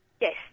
Yes